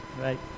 Right